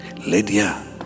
Lydia